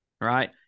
right